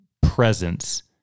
presence